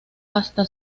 hasta